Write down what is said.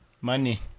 Money